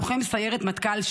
לוחם סיירת מטכ"ל,